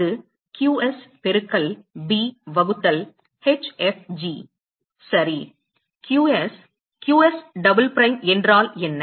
அது qs பெருக்கல் b வகுத்தல் hfg சரி qs qs டபுள் பிரைம் என்றால் என்ன